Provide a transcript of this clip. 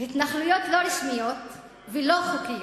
התנחלויות לא רשמיות ולא חוקיות,